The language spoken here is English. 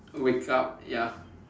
wake up ya